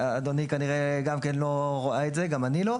אדוני כנראה גם כן לא ראה את זה, גם אני לא.